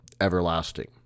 everlasting